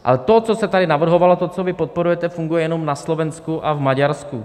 Ale to, co se tady navrhovalo, to, co vy podporujete, funguje jenom na Slovensku a v Maďarsku.